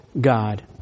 God